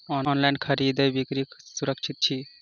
online खरीदै बिक्री सुरक्षित छी